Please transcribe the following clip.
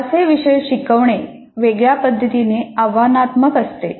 असे विषय शिकवणे वेगळ्या पद्धतीने आव्हानात्मक असते